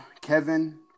Kevin